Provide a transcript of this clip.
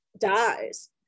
dies